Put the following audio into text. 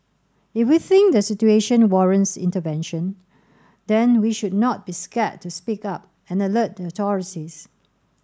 if we think the situation warrants intervention then we should not be scared to speak up and alert the authorities